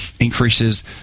increases